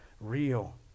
real